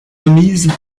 remise